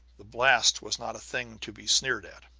the blast was not a thing to be sneered at.